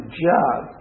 job